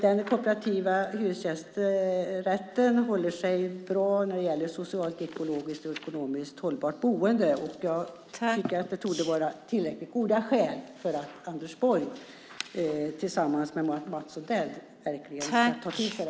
Den kooperativa hyresrätten står sig alltså bra när det gäller socialt, ekologiskt och ekonomiskt hållbart boende. Jag tycker att det torde vara tillräckligt goda skäl för att Anders Borg tillsammans med Mats Odell verkligen ska ta till sig det här.